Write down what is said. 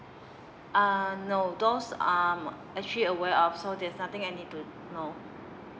uh no those um actually aware of so there's nothing I need to know